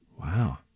Wow